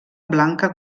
blanca